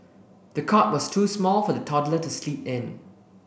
the cot was too small for the toddler to sleep in